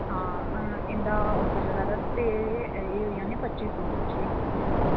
हां इं'दा आफर चलै दा ते एह् होई जाने पच्ची सौ बिच्च इक बंदे दी